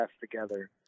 together